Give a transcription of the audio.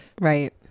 Right